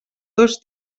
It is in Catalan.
dos